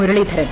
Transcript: Muraleedharan